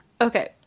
okay